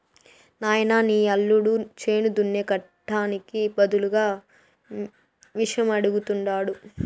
నాయనా నీ యల్లుడు చేను దున్నే కట్టానికి బదులుగా మిషనడగతండాడు